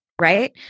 right